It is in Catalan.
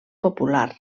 popular